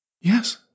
Yes